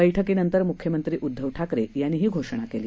बैठकीनंतर मुख्यमंत्री उद्दव ठाकरे यांनी ही घोषणा केली